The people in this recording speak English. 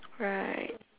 right